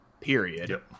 period